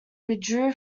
withdrew